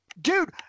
Dude